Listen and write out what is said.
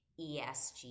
ESG